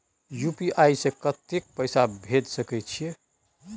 UPI से कत्ते पैसा भेज सके छियै?